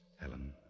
Helen